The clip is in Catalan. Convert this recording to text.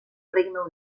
regne